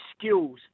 skills